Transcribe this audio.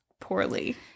poorly